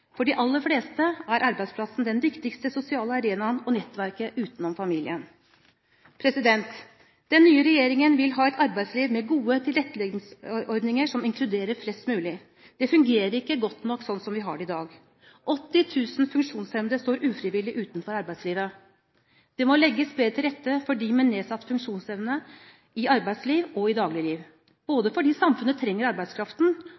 For de aller fleste er arbeidsplassen den viktigste sosiale arenaen og nettverket utenom familien. Den nye regjeringen vil ha et arbeidsliv med gode tilretteleggingsordninger som inkluderer flest mulig. Det fungerer ikke godt nok slik som vi har det i dag. 80 000 funksjonshemmede står ufrivillig utenfor arbeidslivet. Det må legges bedre til rette for dem med nedsatt funksjonsevne i arbeidsliv og i dagligliv, fordi samfunnet trenger arbeidskraften,